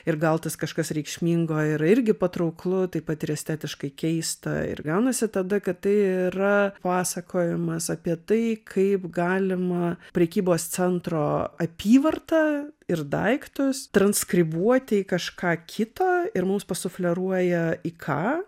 ir gal tas kažkas reikšmingo yra irgi patrauklu taip pat ir estetiškai keista ir gaunasi tada kad tai yra pasakojimas apie tai kaip galima prekybos centro apyvarta ir daiktus transkribuoti į kažką kito ir mums pasufleruoja į ką